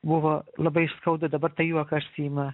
buvo labai skaudu dabar tai juokas ima